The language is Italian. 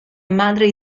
madre